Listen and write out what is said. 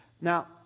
Now